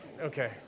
Okay